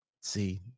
See